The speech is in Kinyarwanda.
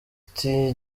tea